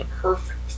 perfect